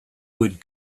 would